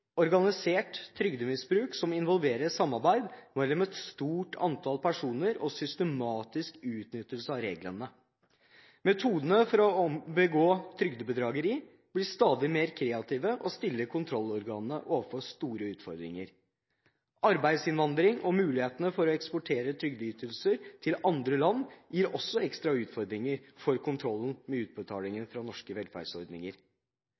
organisert trygdemisbruk som involverer samarbeid mellom et stort antall personer og systematisk utnyttelse av reglene. Metodene for å begå trygdebedrageri blir stadig mer kreative og stiller kontrollorganene overfor store utfordringer. Arbeidsinnvandring og mulighetene for å eksportere trygdeytelser til andre land gir ekstra utfordringer for kontrollen med